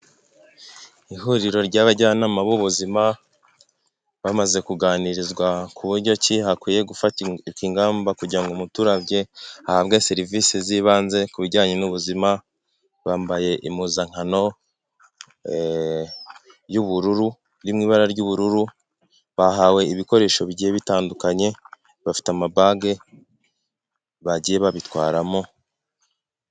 Ihuriro ry'abajyanama b'ubuzima bamaze kuganirizwa ku buryo ki hakwiye gufatwa ingamba, kugira ngo umuturage ahabwe serivisi z'ibanze ku bijyanye n'ubuzima. Bambaye impuzankano y'ubururu iri mu ibara ry'ubururu, bahawe ibikoresho bigiye bitandukanye bafite ama bag bagiye babitwaramo.